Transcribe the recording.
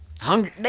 hungry